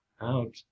out